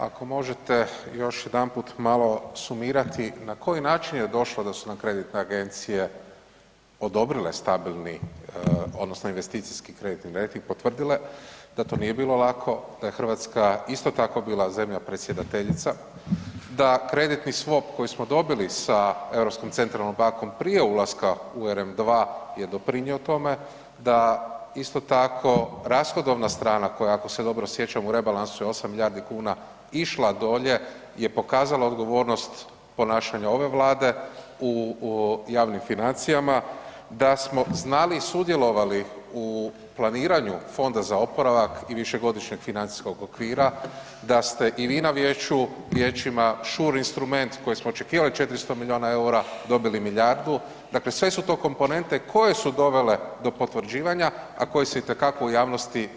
Ako možete još jedanput malo sumirati na koji način je došlo da su kreditne agencije odobrile stabilni odnosno investicijski kreditni rejting potvrdile, da to nije bilo lako, da je Hrvatska isto tako bila zemlja predsjedateljica, da kreditni SVOP koji smo dobili sa Europskom centralnom bankom prije ulaska u RM2 je doprinio tome, da isto tako rashodovna strana koja ako se dobro sjećam u rebalansu je 8 milijardi kuna išla dolje je pokazalo odgovornost ponašanja ove Vlade u javnim financijama, da smo znali i sudjelovali u planiranju Fonda za oporavak i Višegodišnjeg financijskog okvira, da ste i vi na vijećima SURE instrument koji smo očekivali 400 milijuna eura dobili milijardu, dakle sve su to komponente koje su dovele do potvrđivanja, a koje se itekako u javnosti zanemaruju.